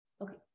Okay